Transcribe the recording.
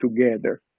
together